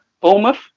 Bournemouth